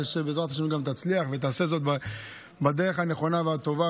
ושבעזרת השם גם תצליח ותעשה זאת בדרך הנכונה והטובה.